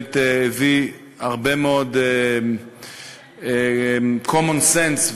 שבאמת הביא הרבה מאוד common sense,